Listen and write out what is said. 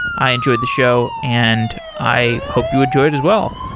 i enjoyed the show and i hope you enjoy it as well.